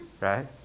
Right